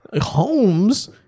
Homes